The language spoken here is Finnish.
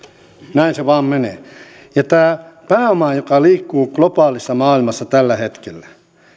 näin se vain menee tämä pääoma joka liikkuu globaalissa maailmassa tällä hetkellä